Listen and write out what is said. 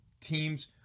teams